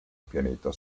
pianeta